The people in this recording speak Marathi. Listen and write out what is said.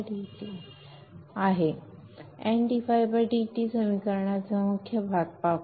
N समीकरणाचा हा भाग पाहू